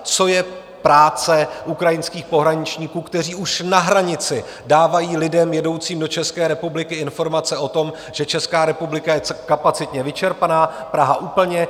Co je práce ukrajinských pohraničníků, kteří už na hranici dávají lidem jedoucím do České republiky informace o tom, že Česká republika je kapacitně vyčerpaná, Praha úplně?